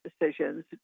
decisions